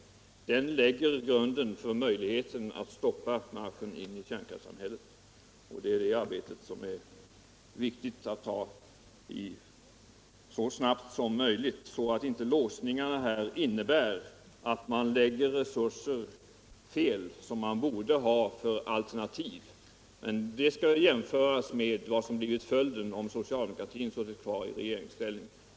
Regeringsdeklarationen lägger grunden för att stoppa marschen in i kärnkraftssamhället. Det arbetet är det viktigt att ta itu med så snabbt som möjligt så att inte nya låsningar inträder, så att man lägger resurser fel som man borde använda för alternativ. Det skall jämföras med vad som blivit följden om socialdemokratin suttit kvar i regeringsställning.